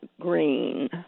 green